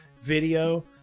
video